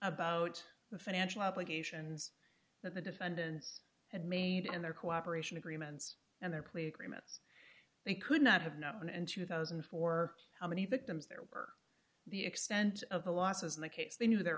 about the financial obligations that the defendants and made and their cooperation agreements and their plea agreements they could not have known in two thousand and four how many victims there were the extent of the losses in the case they knew their